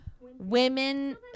women